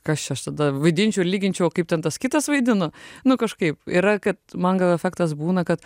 kas čia aš tada vaidinčiau ir lyginčiau o kaip ten tas kitas vaidina nu kažkaip yra kad man gal efektas būna kad